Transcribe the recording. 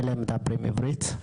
הם מדברים עברית,